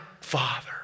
Father